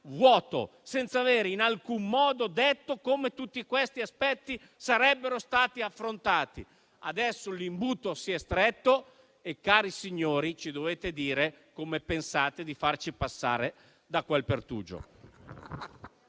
senza avere in alcun modo detto come tutti questi aspetti sarebbero stati affrontati. Adesso l'imbuto si è ristretto e, cari signori, ci dovete dire come pensate di farci passare da quel pertugio.